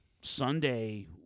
Sunday